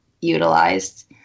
utilized